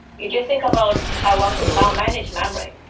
you just think about i want to now manage memory.